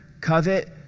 covet